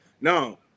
no